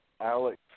Alex